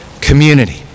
community